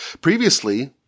Previously